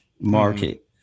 market